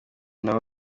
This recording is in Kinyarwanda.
nabo